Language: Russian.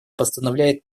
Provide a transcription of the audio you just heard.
постановляет